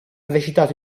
recitato